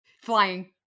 Flying